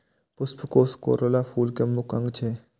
पुष्पकोष कोरोला फूल के मुख्य अंग छियै